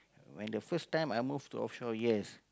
when the first time I move to offshore yes